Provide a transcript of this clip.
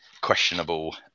questionable